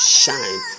shine